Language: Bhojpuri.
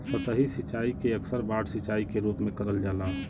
सतही सिंचाई के अक्सर बाढ़ सिंचाई के रूप में करल जाला